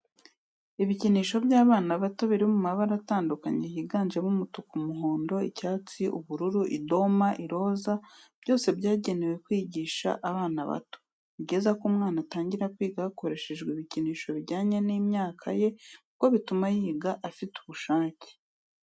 Ibikinisho by'abana bato biri mu mabara atandukanye yiganjemo umutuku, umuhondo, icyatsi, ubururu, idoma, iroza, byose byagenewe kwigisha abana bato. Ni byiza ko umwana atangira kwiga hakoreshejwe ibikinisho bijyanye n'imyaka ye kuko bituma yiga afite ubushake.